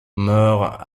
meurt